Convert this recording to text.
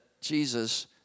Jesus